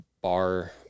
bar